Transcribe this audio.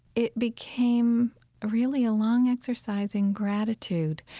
it became really a long exercise in gratitude.